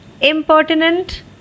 impertinent